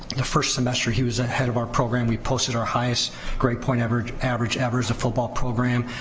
the first semester he was ah head of our program we posted our highest grade point average average ever as a football program,